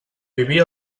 vivia